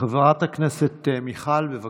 חברת הכנסת מיכל, בבקשה,